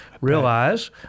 realize